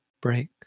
break